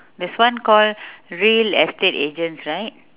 there's one called real estate agents right